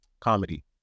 comedy